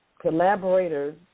collaborators